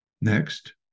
Next